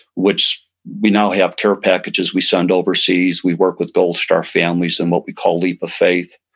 which we now have care packages we send overseas, we work with gold star families and what we call leap of faith.